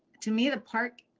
to me, the park,